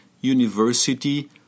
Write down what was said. university